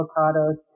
avocados